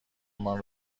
مان